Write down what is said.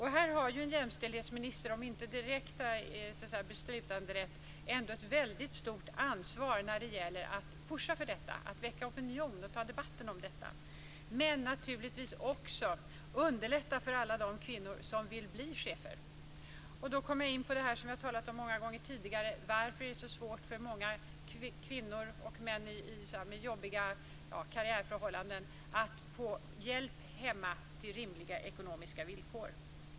Här har ju en jämställdhetsminister om inte direkt beslutanderätt ändå ett väldigt stort ansvar när det gäller att "pusha" för detta, att väcka opinion och debattera om detta och naturligtvis också att underlätta för alla de kvinnor som vill bli chefer. Då kommer jag in på det som vi har talat om många gånger tidigare, nämligen varför det är så svårt för många kvinnor och män med jobbiga karriärförhållanden att få hjälp hemma på rimliga ekonomiska villkor.